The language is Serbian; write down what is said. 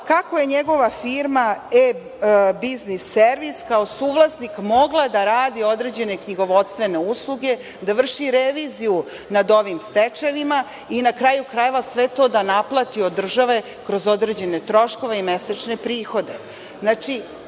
kako je njegova firma „E-biznis servis“ kao suvlasnik mogla da radi određene knjigovodstvene usluge, da vrši reviziju nad ovim stečajevima i na kraju krajeva, sve to da naplati od države kroz određene troškove i mesečne prihode. Znači,